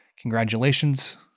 congratulations